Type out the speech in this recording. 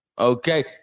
Okay